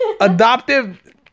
Adoptive